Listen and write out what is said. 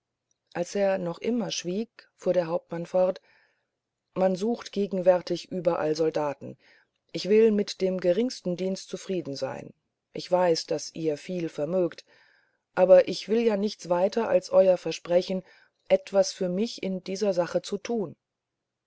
als er noch immer schwieg fuhr der hauptmann fort man sucht gegenwärtig überall soldaten ich will mit dem geringsten dienst zufrieden sein ich weiß daß ihr viel vermöget aber ich will ja nichts weiter als euer versprechen etwas für mich in dieser sache zu tun